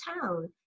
town